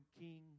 king